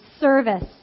service